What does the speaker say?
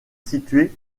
situé